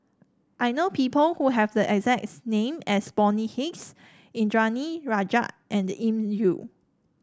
I know people who have the exact name as Bonny Hicks Indranee Rajah and Elim Chew